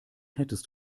hättest